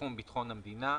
בתחום ביטחון המדינה.